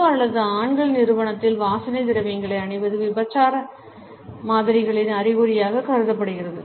பொது அல்லது ஆண்களின் நிறுவனத்தில் வாசனை திரவியங்களை அணிவது விபச்சார மாதிரிகளின் அறிகுறியாக கருதப்படுகிறது